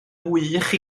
wych